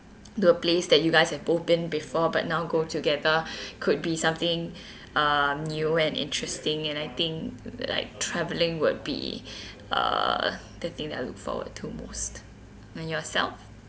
to a place that you guys have both been before but now go together could be something um new and interesting and I think like travelling would be uh the thing that I look forward to most and yourself